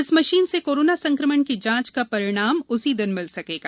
इस मशीन से कोरोना संकमण की जांच का परिणाम उसी दिन मिल सकेगा